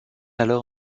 alors